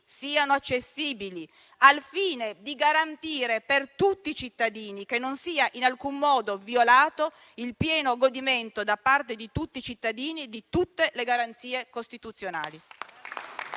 siano accessibili, al fine di garantire che non sia in alcun modo violato il pieno godimento da parte di tutti i cittadini di tutte le garanzie costituzionali.